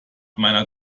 meiner